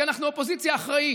כי אנחנו אופוזיציה אחראית.